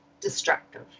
destructive